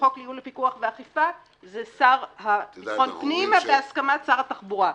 וחוק לייעול לפיקוח ואכיפה זה שר ביטחון פנים בהסכמת שר התחבורה.